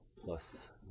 plus